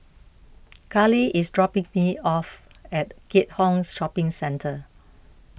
Kali is dropping me off at Keat Hong Shopping Centre